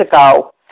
ago